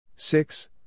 Six